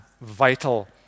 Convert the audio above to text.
vital